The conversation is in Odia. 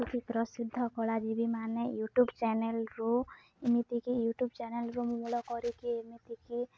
କିିଛି ପ୍ରସିଦ୍ଧ କଳାଜୀବିମାନେ ୟୁଟ୍ୟୁବ୍ ଚ୍ୟାନେଲ୍ରୁ ଏମିତିକି ୟୁଟ୍ୟୁବ୍ ଚ୍ୟାନେଲ୍ରୁ ବି ମୂଳ କରିକି ଏମିତିକି